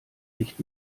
nicht